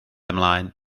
ymlaen